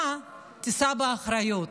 אתה תישא באחריות.